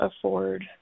afford